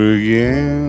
again